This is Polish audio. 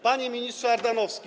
Panie Ministrze Ardanowski!